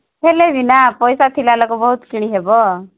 ହେଲେବି ନା ପଇସା ଥିଲା ଲୋକ ବହୁତ କିଣି ହେବ